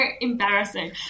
embarrassing